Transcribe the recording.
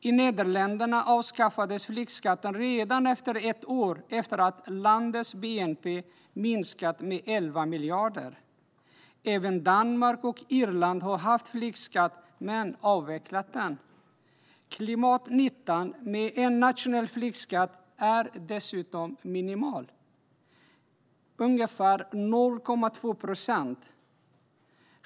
I Nederländerna avskaffades flygskatten redan efter ett år efter att landets bnp minskat med 11 miljarder. Även Danmark och Irland har haft flygskatt men avvecklat den. Klimatnyttan med en nationell flygskatt är dessutom minimal, ungefär 0,2 procent.